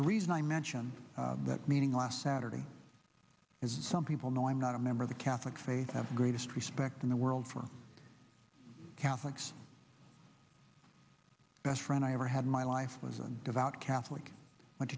the reason i mention that meeting last saturday is some people know i'm not a member of the catholic faith have the greatest respect in the world for catholics best friend i ever had my life was a devout catholic went